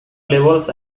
labels